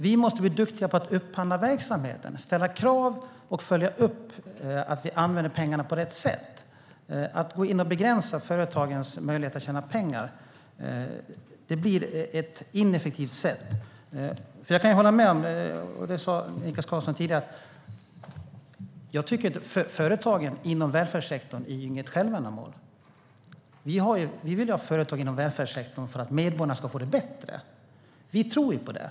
Vi måste bli duktiga på att upphandla verksamheten, ställa krav och följa upp att vi använder pengarna på rätt sätt. Att gå in och begränsa företagens möjligheter att tjäna pengar blir ett ineffektivt sätt. Jag kan hålla med om, som Niklas Karlsson sa tidigare, att företagen inom välfärdssektorn inte är något självändamål. Vi vill ha företag inom välfärdssektorn för att medborgarna ska få det bättre. Vi tror ju på det.